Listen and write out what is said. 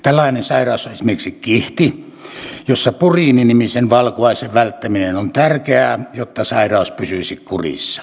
tällainen sairaus on esimerkiksi kihti jossa puriini nimisen valkuaisen välttäminen on tärkeää jotta sairaus pysyisi kurissa